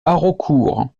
haraucourt